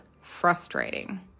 frustrating